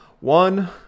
One